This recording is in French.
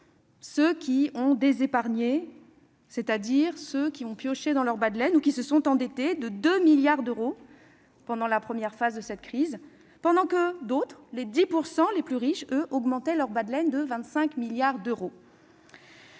les plus pauvres, ceux qui ont pioché dans leurs bas de laine ou qui se sont endettés de 2 milliards d'euros pendant la première phase de cette crise. Dans le même temps, les 10 % les plus riches, eux, augmentaient leur bas de laine de 25 milliards d'euros